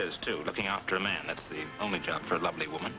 is to looking after a man that's the only job for a lovely woman